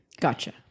Gotcha